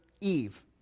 Eve